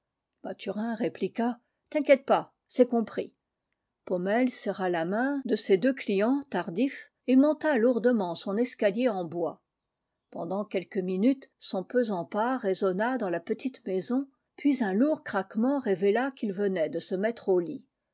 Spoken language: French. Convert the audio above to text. mathurin répliqua t'inquiète pas c'est compris paumelle serra la main de ses deux clients tardifs et monta lourdement son escalier en bois pendant quelques minutes son pesant pas résonna dans la petite maison puis un lourd craquement révéla qu'il venait de se mettre au lit